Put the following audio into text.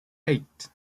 eight